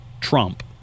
Trump